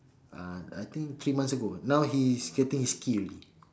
uh I think three months ago now he's getting his key already